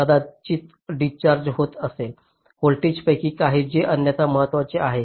कदाचित डिस्चार्ज होत असेल व्होल्टेजपैकी काही जे अन्यथा महत्वाचे आहेत